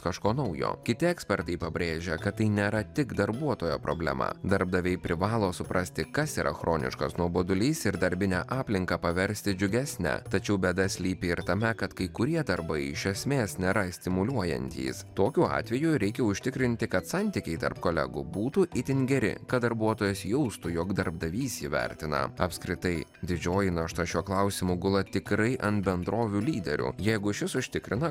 kažko naujo kiti ekspertai pabrėžia kad tai nėra tik darbuotojo problema darbdaviai privalo suprasti kas yra chroniškas nuobodulys ir darbinę aplinką paversti džiugesne tačiau bėda slypi ir tame kad kai kurie darbai iš esmės nėra stimuliuojantys tokiu atveju reikia užtikrinti kad santykiai tarp kolegų būtų itin geri kad darbuotojas jaustų jog darbdavys jį vertina apskritai didžioji našta šiuo klausimu gula tikrai ant bendrovių lyderių jeigu šis užtikrina